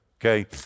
Okay